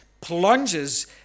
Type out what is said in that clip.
plunges